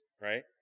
right